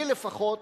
לי לפחות,